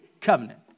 covenant